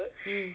mm